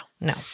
No